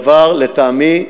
לטעמי,